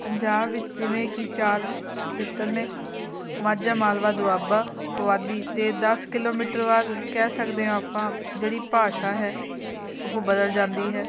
ਪੰਜਾਬ ਵਿੱਚ ਜਿਵੇਂ ਕਿ ਚਾਰ ਖੇਤਰ ਨੇ ਮਾਝਾ ਮਾਲਵਾ ਦੁਆਬਾ ਪੁਆਧੀ ਅਤੇ ਦਸ ਕਿਲੋਮੀਟਰ ਬਾਅਦ ਕਹਿ ਸਕਦੇ ਹਾਂ ਆਪਾਂ ਜਿਹੜੀ ਭਾਸ਼ਾ ਹੈ ਉਹ ਬਦਲ ਜਾਂਦੀ ਹੈ